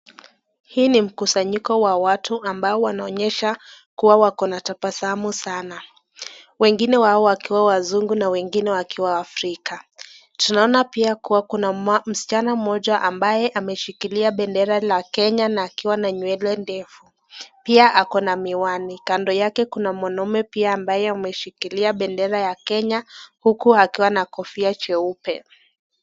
Hii ni mkusanyiko wa watu ambao wanaonyesha kuwa wako na tabasamu sana. Wengine wao wakiwa wazungu na wengine wakiwa waafrika. Tunaona kuwa pia Kuna msichana mmoja ambaye ameshikilia bendera la Kenya na akiwa nywele ndefu . Pia ako na miwani, kando yake kuna mwanaume pia ambayo ameshikilia bendera ya Kenya huku akiwa na kofia cheupe.